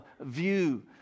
view